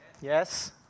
Yes